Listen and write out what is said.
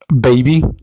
baby